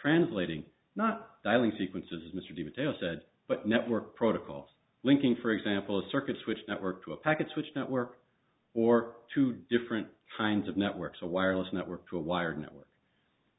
translating not dialing sequences as mr david l said but network protocols linking for example circuits which network to a packet switch network or two different kinds of networks a wireless network to a wired network